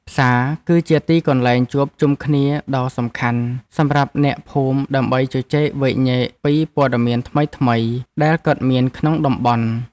ផ្សារ គឺជាទីកន្លែងជួបជុំគ្នាដ៏សំខាន់សម្រាប់អ្នកភូមិដើម្បីជជែកវែកញែកពីព័ត៌មានថ្មីៗដែលកើតមានក្នុងតំបន់។